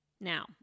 Now